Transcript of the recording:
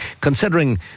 considering